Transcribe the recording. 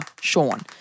Sean